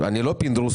אני לא פינדרוס.